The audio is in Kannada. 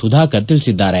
ಸುಧಾಕರ್ ತಿಳಿಸಿದ್ದಾರೆ